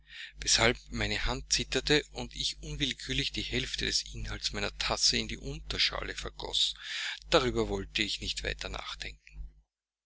weshalb meine hand zitterte und ich unwillkürlich die hälfte des inhalts meiner tasse in die unterschale vergoß darüber wollte ich nicht weiter nachdenken